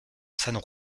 san